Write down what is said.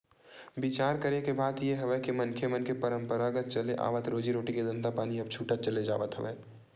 बिचार करे के बात ये हवय के मनखे मन के पंरापरागत चले आवत रोजी रोटी के धंधापानी ह अब छूटत चले जावत हवय